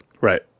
Right